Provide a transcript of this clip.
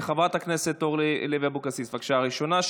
חברת הכנסת אורלי לוי אבקסיס, בבקשה, הראשונה.